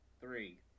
Three